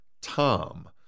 Tom